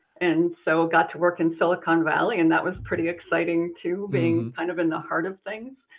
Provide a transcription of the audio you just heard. and so got to work in silicon valley and that was pretty exciting too, being kind of in the heart of things.